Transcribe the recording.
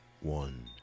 one